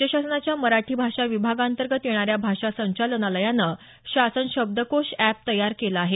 राज्य शासनाच्या मराठी भाषा विभागाअंतर्गत येणाऱ्या भाषा संचालनालयानं शासन शब्दकोश अॅप तयार केलं आहे